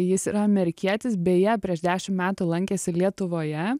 jis yra amerikietis beje prieš dešim metų lankėsi lietuvoje